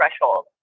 threshold